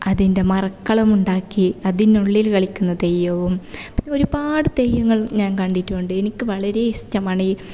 അതിന്റെ മറക്കളം ഉണ്ടാക്കി അതിനുള്ളില് കളിക്കുന്ന തെയ്യവും ഒരുപാട് തെയ്യങ്ങള് ഞാന് കണ്ടിട്ടുണ്ട് എനിക്ക് വളരെ ഇഷ്ടമാണ് ഈ